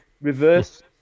reverse